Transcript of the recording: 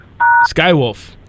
Skywolf